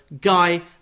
Guy